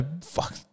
fuck